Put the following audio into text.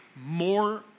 more